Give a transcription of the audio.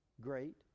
great